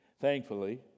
Thankfully